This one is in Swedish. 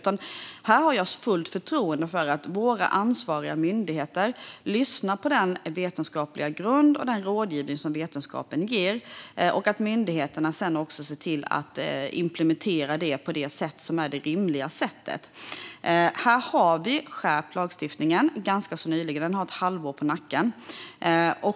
Jag har fullt förtroende för att våra ansvariga myndigheter lyssnar på den vetenskapliga grund och rådgivning som vetenskapen ger och att myndigheterna ser till att implementera det på ett rimligt sätt Vi har skärpt lagstiftningen ganska nyligen. Den har ett halvår på nacken.